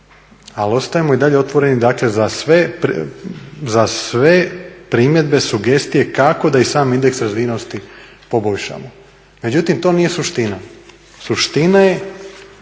Ali ostaje i dalje otvoreni dakle za sve primjedbe, sugestije kako da i sam indeks razvijenosti poboljšamo. Međutim to nije suština, suština je